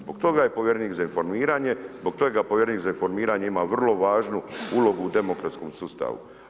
Zbog toga je povjerenik za informiranje, zbog toga povjerenik za informiranje ima vrlo važnu ulogu u demokratskom sustavu.